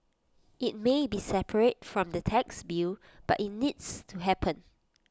IT may be separate from the tax bill but IT needs to happen